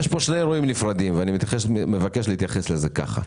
יש פה שני אירועים נפרדים ואני מבקש להתייחס אל זה ככה.